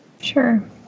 Sure